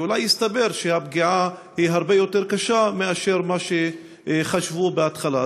ואולי יתברר שהפגיעה היא הרבה יותר קשה מאשר מה שחשבו בהתחלה.